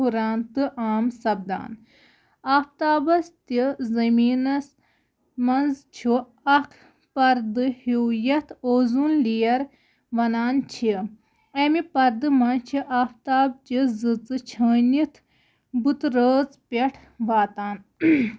ہُران تہٕ عام سَپدان آفتابَس تہِ زٔمیٖنَس منٛز چھُ اَکھ پَردٕ ہیوٗ یَتھ اوزوٗن لِیَر وَنان چھِ اَمہِ پَردٕ منٛز چھِ آفتاب چہِ زٕژٕ چھٲنِتھ بُت رٲژ پٮ۪ٹھ واتان